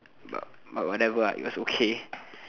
but but whatever ah it was okay